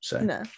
No